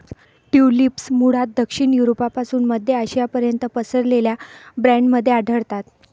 tulips मूळतः दक्षिण युरोपपासून मध्य आशियापर्यंत पसरलेल्या बँडमध्ये आढळतात